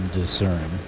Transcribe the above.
discern